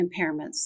impairments